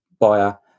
buyer